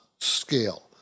scale